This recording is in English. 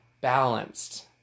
balanced